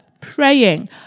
praying